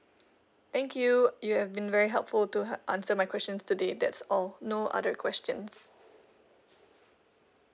thank you you have been very helpful to help answer my questions today that's all no other questions